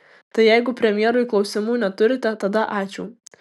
tai jeigu premjerui klausimų neturite tada ačiū